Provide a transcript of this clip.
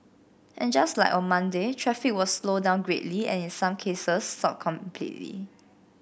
and just like on Monday traffic was slowed down greatly and in some cases stopped completely